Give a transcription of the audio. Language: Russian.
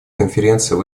конференцией